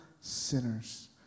sinners